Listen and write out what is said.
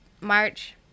March